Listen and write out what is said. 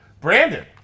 Brandon